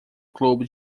clube